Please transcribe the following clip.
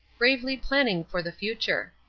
bravely planning for the future.